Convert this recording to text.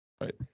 Right